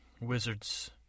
wizard's